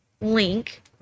link